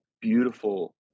beautiful